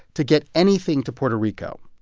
to get anything to puerto rico.